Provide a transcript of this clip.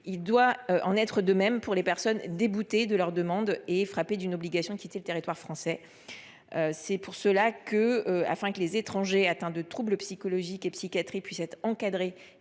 Il doit en être de même pour les personnes déboutées du droit d’asile et frappées d’une obligation de quitter le territoire français. Aussi, afin que les étrangers atteints de troubles psychologiques et psychiatriques puissent être encadrés